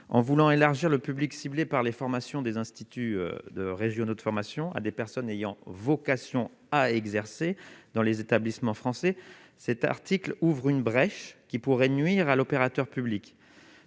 en voulant élargir le public ciblé par les formations des instituts de régionaux de formation à des personnes ayant vocation à exercer dans les établissements français cet article ouvre une brèche qui pourrait nuire à l'opérateur public